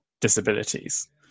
disabilities